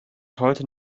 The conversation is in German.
heute